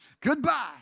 Goodbye